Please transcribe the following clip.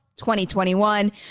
2021